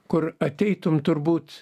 kur ateitum turbūt